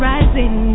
Rising